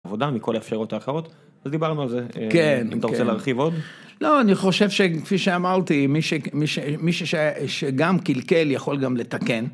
עבודה מכל האפשרויות האחרות, אז דיברנו על זה, אם אתה רוצה להרחיב עוד? לא, אני חושב שכפי שאמרתי, מי ש.. מי ש.. מי שגם קלקל יכול גם לתקן.